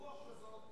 ברוח כזו,